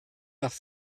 nach